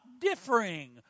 differing